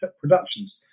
productions